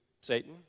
Satan